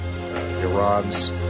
Iran's